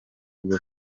bwo